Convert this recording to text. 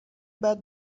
بعد